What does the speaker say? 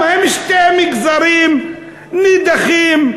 הם שני מגזרים נידחים,